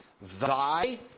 Thy